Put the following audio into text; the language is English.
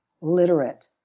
literate